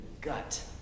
gut